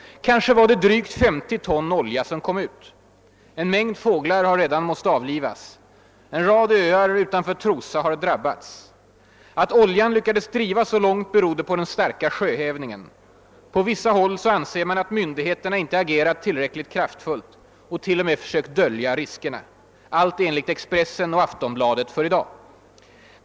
Kanske var det drygt 50 ton olja som kom ut. En mängd fåglar har redan måst avlivas. En rad öar utanför Trosa har drabbats. Att oljan lyckades driva så långt berodde på den starka sjöhävningen. På vissa håll anser man att myndigheterna inte agerat tillräckligt kraftfullt och t.o.m. försökt dölja riskerna. Allt enligt Expressen och Aftonbladet för i dag.